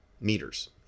meters